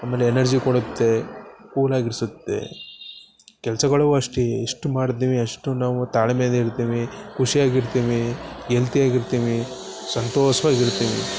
ಆಮೇಲೆ ಎನರ್ಜಿ ಕೊಡುತ್ತೆ ಕೂಲಾಗಿ ಇರಿಸುತ್ತೆ ಕೆಲಸಗಳು ಅಷ್ಟೇ ಎಷ್ಟು ಮಾಡಿದ್ದೀವಿ ಅಷ್ಟು ನಾವು ತಾಳ್ಮೆಯಿಂದ ಇರ್ತೀವಿ ಖುಷಿಯಾಗ್ ಇರ್ತೀವಿ ಹೆಲ್ತಿಯಾಗಿ ಇರ್ತೀವಿ ಸಂತೋಷ್ವಾಗಿ ಇರ್ತೀವಿ